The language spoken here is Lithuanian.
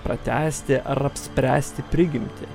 pratęsti ar apspręsti prigimtį